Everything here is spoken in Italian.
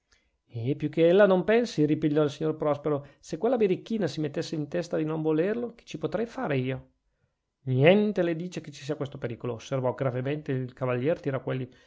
eh più che ella non pensi ripigliò il signor prospero se quella birichina si mettesse in testa di non volerlo che ci potrei far io niente le dice che ci sia questo pericolo osservò gravemente il cavalier